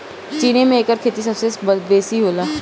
चीन में एकर खेती सबसे बेसी होला